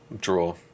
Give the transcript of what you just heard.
draw